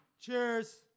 Cheers